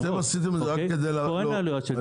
פה אין עלויות של תקנים.